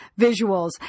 visuals